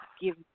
give